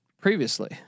previously